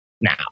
now